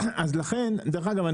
דרך אגב,